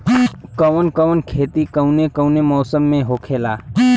कवन कवन खेती कउने कउने मौसम में होखेला?